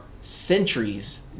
centuries